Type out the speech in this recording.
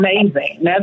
amazing